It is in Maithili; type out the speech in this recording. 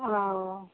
ओ